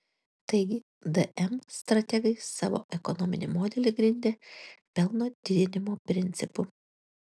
taigi dm strategai savo ekonominį modelį grindė pelno didinimo principu